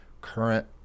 current